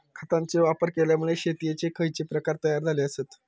खतांचे वापर केल्यामुळे शेतीयेचे खैचे प्रकार तयार झाले आसत?